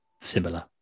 similar